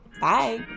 Bye